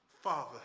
Father